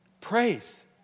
Praise